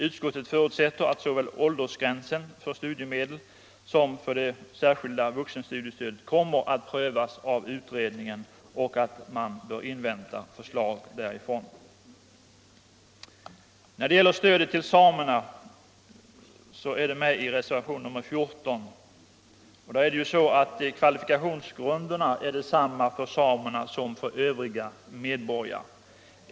Utskottet förutsätter att åldersgränsen såväl för studiemedel som för det särskilda vuxenstudiestödet kommer att prövas av utredningen och att man bör invänta förslag därifrån. När det gäller stödet till samerna — det tas upp i reservationen 14 — är kvalifikationsgrunderna desamma för samerna som för övriga medborgare.